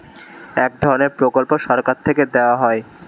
এক ধরনের প্রকল্প সরকার থেকে দেওয়া হয়